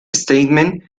statement